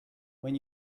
when